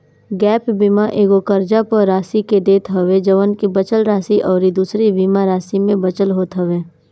gap बीमा एगो कर्जा पअ राशि के देत हवे जवन की बचल राशि अउरी दूसरी बीमा राशि में बचल होत हवे